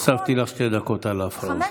הוספתי לך שתי דקות על ההפרעות.